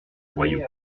royaux